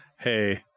hey